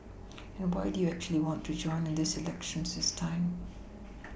and why do you actually want to join in this elections this time